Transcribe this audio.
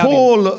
Paul